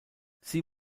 sie